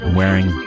wearing